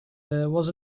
was